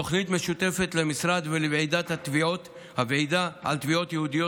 תוכנית משותפת למשרד ולוועידת התביעות היהודיות